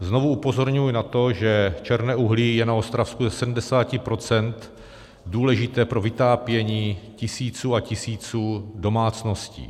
Znovu upozorňuji na to, že černé uhlí je na Ostravsku ze 70 % důležité pro vytápění tisíců a tisíců domácností.